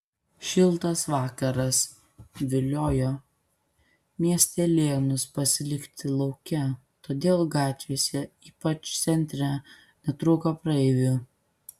šiltas vakaras viliojo miestelėnus pasilikti lauke todėl gatvėse ypač centre netrūko praeivių